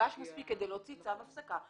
מגובש מספיק כדי להוציא צו הפסקה,